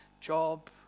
job